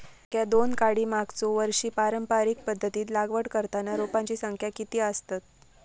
संख्या दोन काडी मागचो वर्षी पारंपरिक पध्दतीत लागवड करताना रोपांची संख्या किती आसतत?